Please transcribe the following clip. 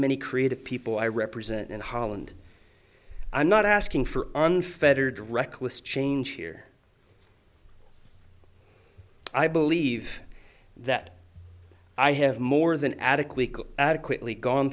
many creative people i represent in holland i'm not asking for unfettered reckless change here i believe that i have more than adequate adequately gone